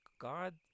God